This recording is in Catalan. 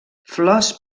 flors